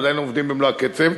ועדיין עובדים במלוא הקצב,